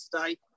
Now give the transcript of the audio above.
today